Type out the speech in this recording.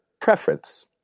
preference